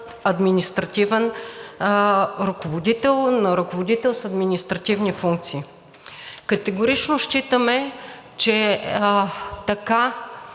административен ръководител, на ръководител с административни функции. Категорично считаме, че така